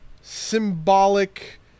symbolic